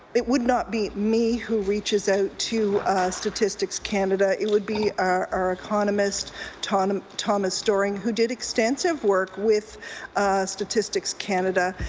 it would not be me who reaches out to statistics canada. it would be our economist thomas um thomas dorring who did expensive work with statistics canada.